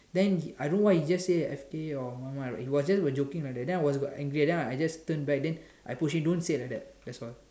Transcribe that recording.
then I don't know why he just say F K your mom ah he was just like joking like that then I got angry then I just turn back then I push him don't say like that that's all